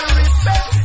respect